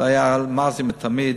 זה היה מאז ומתמיד.